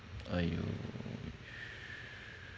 !aiyo!